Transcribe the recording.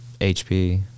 HP